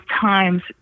times